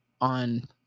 on